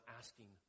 asking